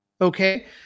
Okay